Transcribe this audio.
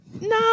No